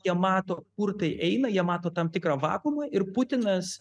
jie mato kur tai eina jie mato tam tikrą vakuumą ir putinas